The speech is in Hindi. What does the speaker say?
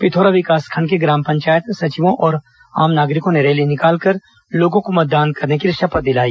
पिथौरा विकासखंड के ग्राम पंचायत सचिवों और आम नागरिकों ने रैली निकालकर लोगों को मतदान करने के लिए शपथ दिलाई